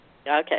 okay